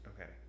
Okay